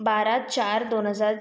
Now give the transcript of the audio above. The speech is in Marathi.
बारा चार दोन हजार